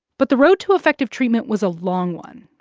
but the road to effective treatment was a long one,